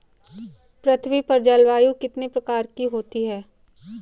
पृथ्वी पर जलवायु कितने प्रकार की होती है?